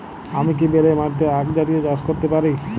আমি কি বেলে মাটিতে আক জাতীয় চাষ করতে পারি?